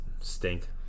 stink